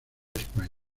españa